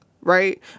right